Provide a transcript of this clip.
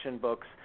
books